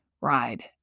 ride